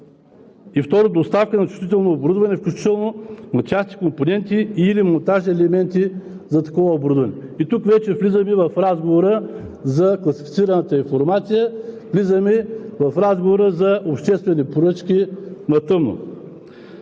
2. доставка на чувствително оборудване, включително на части, компоненти и/или монтажни елементи за такова оборудване.“ И тук вече влизаме в разговора за класифицираната информация, влизаме в разговора за обществени поръчки на тъмно.